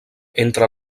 entre